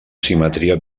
simetria